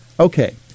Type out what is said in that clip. Okay